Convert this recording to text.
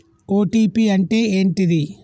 OTP అంటే ఏంటిది?